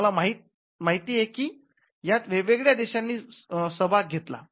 तुम्हाला माहितीये की यात वेगवेगळ्या देशांनी सहभाग घेतला